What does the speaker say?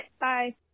Bye